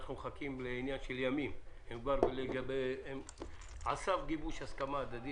אנחנו מחכים שבימים הקרובים יתגבש נוסח הסכמה הדדי